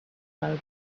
club